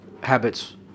habits